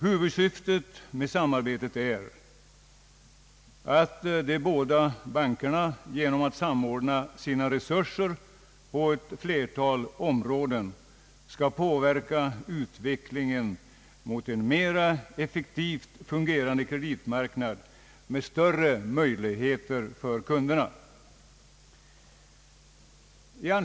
Huvudsyftet med samarbetet är att de båda bankerna genom att samordna sina resurser på ett flertal områden skall påverka utvecklingen mot en mera effektivt fungerande kreditmarknad med större möjligheter för kunderna.